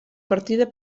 partida